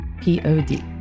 p-o-d